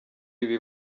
ibi